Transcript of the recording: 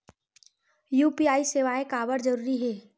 UPI सेवाएं काबर जरूरी हे?